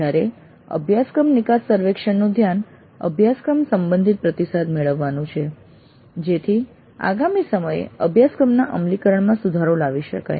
જ્યારે અભ્યાસક્રમ નિકાસ સર્વેક્ષણનું ધ્યાન અભ્યાસક્રમ સંબંધિત પ્રતિસાદ મેળવવાનું છે જેથી આગામી સમયે અભ્યાસક્રમના અમલીકરણમાં સુધારો લાવી શકાય